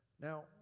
Now